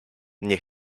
nie